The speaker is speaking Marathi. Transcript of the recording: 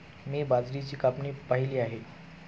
मी बाजरीची कापणी पाहिली आहे